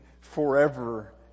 forever